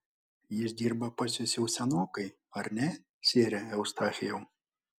jis dirba pas jus jau senokai ar ne sere eustachijau